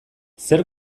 zer